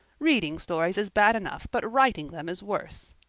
reading stories is bad enough but writing them is worse.